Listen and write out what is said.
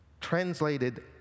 translated